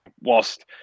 whilst